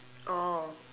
oh